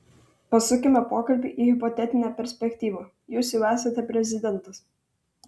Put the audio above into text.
pasukime pokalbį į hipotetinę perspektyvą jūs jau esate prezidentas